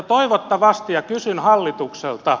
toivottavasti ja kysyn hallitukselta